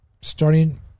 Starting